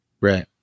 right